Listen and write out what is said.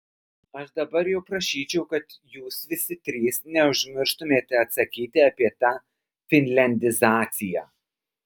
aš dabar jau prašyčiau kad jūs visi trys neužmirštumėte atsakyti apie tą finliandizaciją